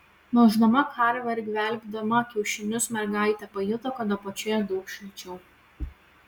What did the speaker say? melždama karvę ar gvelbdama kiaušinius mergaitė pajuto kad apačioje daug šilčiau